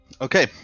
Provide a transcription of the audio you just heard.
Okay